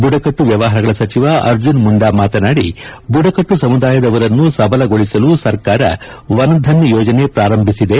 ಬುಡಕಟ್ಟು ವ್ಯವಹಾರಗಳ ಸಚಿವ ಅರ್ಜುನ್ ಮುಂಡಾ ಮಾತನಾಡಿ ಬುಡಕಟ್ಟು ಸಮುದಾಯದವರನ್ನು ಸಬಲಗೊಳಿಸಲು ಸರ್ಕಾರ ವನ್ ಧನ್ ಯೋಜನೆ ಪ್ರಾರಂಭಿಸಿದೆ